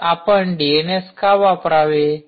तर आपण डीएनएस का वापरावे